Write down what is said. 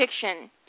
fiction